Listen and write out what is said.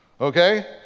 Okay